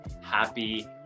happy